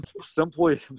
Simply